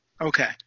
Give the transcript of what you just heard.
Okay